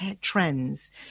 trends